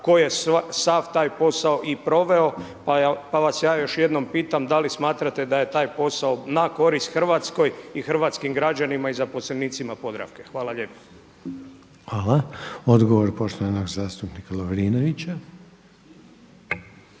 koji je sav taj posao i proveo. Pa vas ja još jednom pitam da li smatrate da je taj posao na korist Hrvatskoj i hrvatskim građanima i zaposlenicima Podravke? Hvala lijepo. **Reiner, Željko (HDZ)** Hvala. Odgovor poštovanog zastupnika Lovrinovića.